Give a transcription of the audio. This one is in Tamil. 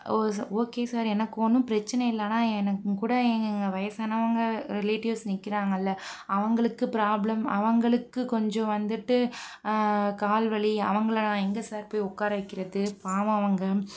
ஓ ஓகே சார் எனக்கு ஒன்றும் பிரச்சனை இல்லை ஆனால் எனக்கு கூட எங்கள் வயதானவங்க ரிலேட்டிவ்ஸ் நிற்கிறாங்கள்ல அவங்களுக்கு பிராப்ளம் அவங்களுக்கு கொஞ்சம் வந்துட்டு கால் வலி அவங்களை நான் எங்கே சார் போய் உக்கார வைக்கிறது பாவம் அவங்க